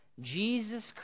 Jesus